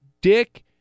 Dick